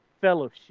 fellowship